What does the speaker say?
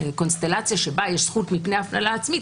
הקונסטלציה שבה יש זכות מפני הפללה עצמית,